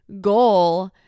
goal